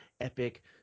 epic